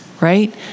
right